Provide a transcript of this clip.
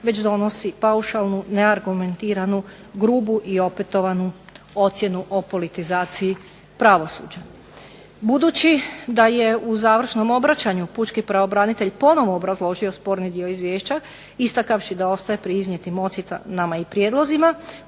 već donosi paušalnu, neargumentiranu, grubu i opetovanu ocjenu o politizaciji pravosuđa. Budući da je u završnom obraćanju Pučki pravobranitelj ponovno obrazložio sporni dio izvješća istakavši da je ostao pri iznijetim ocjenama i prijedlozima